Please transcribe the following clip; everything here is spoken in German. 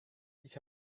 ich